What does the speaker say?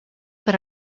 per